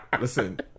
Listen